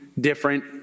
different